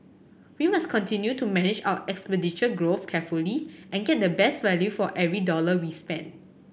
we must continue to manage our expenditure growth carefully and get the best value for every dollar we spend